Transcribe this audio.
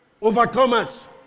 Overcomers